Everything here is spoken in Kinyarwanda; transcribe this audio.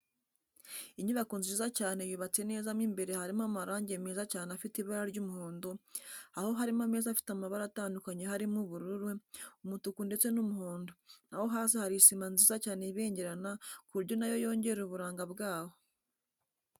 Inyubako nziza cyane yubatse neza mo imbere harimo amarange meza cyane afite ibara ry'umuhondo, aho harimo ameza afite amabara atandukanye harimo ubururu, umutuku ndetse n'umuhondo, na ho hasi hari isima nziza cyane ibengerena ku buryo na yo yongera uburanga bwaho.